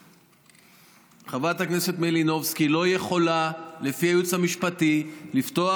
חברת הכנסת מלינובסקי לא יכולה לפי הייעוץ המשפטי לפתוח